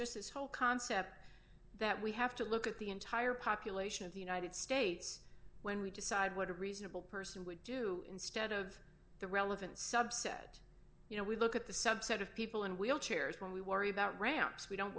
just this whole concept that we have to look at the entire population of the united states when we decide what a reasonable person would do instead of the relevant subset you know we look at the subset of people in wheelchairs when we worry about ramps we don't